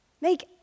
make